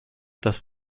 dass